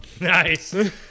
Nice